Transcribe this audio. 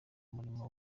umurimo